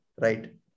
right